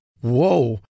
whoa